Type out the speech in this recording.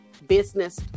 business